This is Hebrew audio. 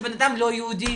שבן אדם לא יהודי?